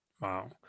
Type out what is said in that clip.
Wow